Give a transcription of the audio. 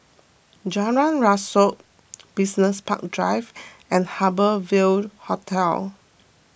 Jalan Rasok Business Park Drive and Harbour Ville Hotel